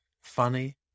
funny